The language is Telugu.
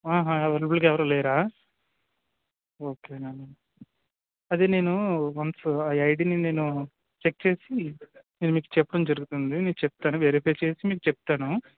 అవైలబుల్గా ఎవరు లేరా ఓకే నండి అది నేను వన్స్ ఆ ఐడని నేను చెక్ చేసి నేను మీకు చెప్పడం జరుగుతుంది నేను చెప్తాను వెరిఫై చేసి మీకు చెప్తాను